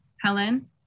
Helen